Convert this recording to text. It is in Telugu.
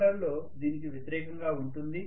మోటారులో దీనికి వ్యతిరేకంగా ఉంటుంది